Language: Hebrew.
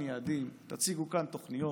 יעדים, תציגו כאן יעדים, תציגו כאן תוכניות.